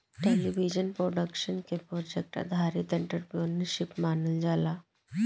television production के project आधारित entrepreneurship मानल जाला